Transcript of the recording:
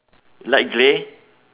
light grey